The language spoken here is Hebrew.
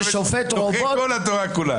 דוחה כל התורה כולה.